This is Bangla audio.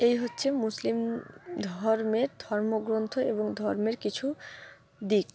এই হচ্ছে মুসলিম ধর্মের ধর্মগ্রন্থ এবং ধর্মের কিছু দিক